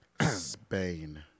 Spain